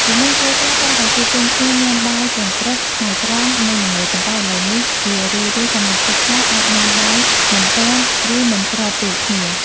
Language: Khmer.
ពីមុនគ្រួសារតែងតែជួបជុំគ្នាញ៉ាំបាយទាំងព្រឹក ថ្ងៃត្រង់ និងល្ងាច ប៉ុន្តែឥឡូវនេះ ជារឿយៗសមាជិកខ្លះអាចញ៉ាំបាយមិនទាន់ ឬមិនស្របពេលគ្នា។